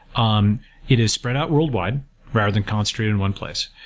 um it has spread out worldwide rather than concentrated in one place.